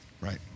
right